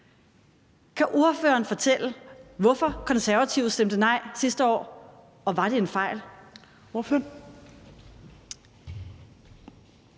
Kan ordføreren fortælle, hvorfor Konservative stemte nej sidste år – og var det en fejl?